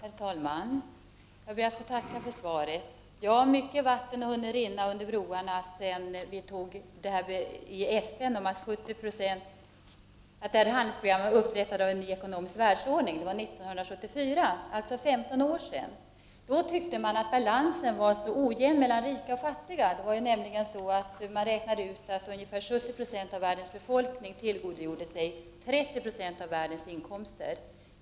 Herr talman! Jag ber att få tacka för svaret. Mycket vatten har hunnit rinna under broarna sedan handlingsprogrammet om upprättande av en ny ekonomisk världsordning togs år 1974, dvs. för 15 år sedan. Man tyckte då att balansen mellan rika och fattiga var så ojämn. Man räknade ut att ungefär 70 70 av världens befolkning tillgodogjorde sig 30 70 av världens inkomster.